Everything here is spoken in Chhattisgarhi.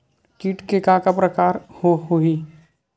कीट के का का प्रकार हो होही?